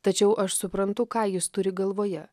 tačiau aš suprantu ką jis turi galvoje